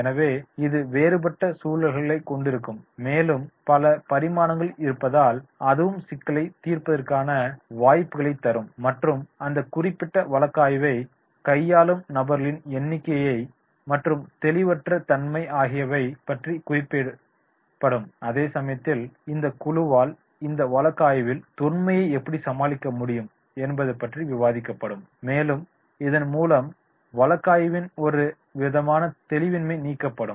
எனவே இது வேறுபட்ட சூழல்களைக் கொண்டிருக்கும் மேலும் பல பரிமாணங்கள் இருப்பதால் அதுவும் சிக்கலைத் தீர்ப்பதற்கான வாய்ப்புகளை தரும் மற்றும் அந்த குறிப்பிட்ட வழக்காய்வை கையாளும் நபர்களின் எண்ணிக்கை மற்றும் தெளிவற்ற தன்மை ஆகியவை பற்றி குறிப்பிடப்படும் அதேசமயத்தில் இந்தக் குழுவால் அந்த வழக்காய்வின் தொன்மையை எப்படி சமாளிக்க முடியும் என்பது பற்றி விவாதிக்கப்படும் மேலும் இதன் மூலம் வழக்காய்வின் ஒரு விதமான தெளிவின்மை நீக்கப்படும்